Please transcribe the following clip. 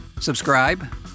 subscribe